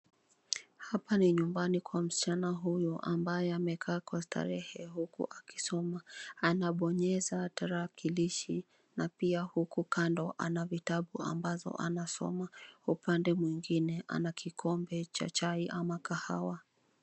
Hapa ni nyumba ni kwa msichana huyu ambaye amekaa kwa starehe huku akisoma. Anabonyeza tarakilishi na pia huku kando ana vitabu ambazo anasoma upande mwingine. Ana kikombe cha chai ama kahawa.